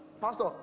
pastor